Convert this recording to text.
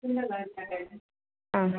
ആ